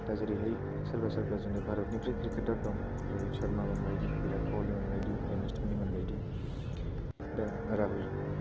दा जेरैहाय सोरबा सोरबा जोंनि भारतनिफ्राय क्रिकेटार दं रहित सर्मामोन बायदि बिरात कलिमोन बायदि एम एस धनिमोनबायदि दा राहुल